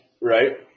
right